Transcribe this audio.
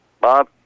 Bob